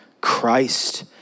Christ